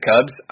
Cubs